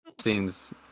Seems